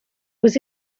aux